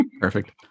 Perfect